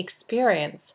experience